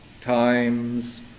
times